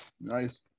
Nice